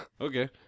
Okay